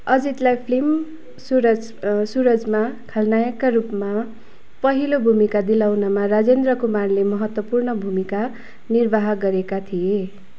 अजितलाई film Suraj सुरजमा खलनायकका रूपमा पहिलो भूमिका दिलाउनमा राजेन्द्र कुमारले महत्त्वपूर्ण भूमिका निर्वाह गरेका थिए